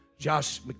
Josh